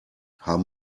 haben